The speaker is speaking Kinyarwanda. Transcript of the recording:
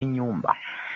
inyumba